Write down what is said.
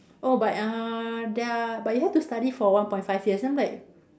oh but uh there are but you have to study for one point five years then I'm like